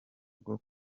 rwo